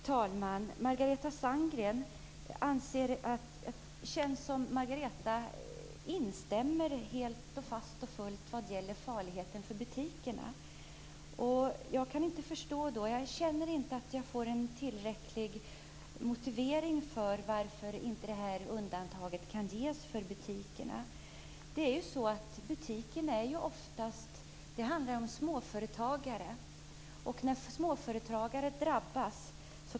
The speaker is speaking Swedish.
Herr talman! Det känns som om Margareta Sandgren instämmer helt vad gäller farligheten för butikerna. Jag känner inte att jag får en tillräcklig motivering till varför det här undantaget inte kan ges för butikerna. Det handlar om småföretagare.